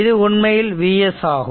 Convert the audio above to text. இது உண்மையில் Vs ஆகும்